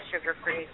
sugar-free